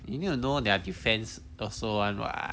you need to know their defence also [one] [what]